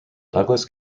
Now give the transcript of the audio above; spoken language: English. douglas